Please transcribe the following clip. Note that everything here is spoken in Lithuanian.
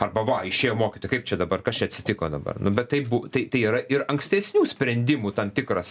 arba va išėjo mokytojai kaip čia dabar kas čia atsitiko dabar nu bet taip bu tai yra ir ankstesnių sprendimų tam tikras